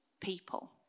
people